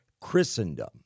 Christendom